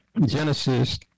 Genesis